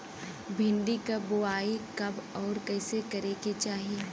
भिंडी क बुआई कब अउर कइसे करे के चाही?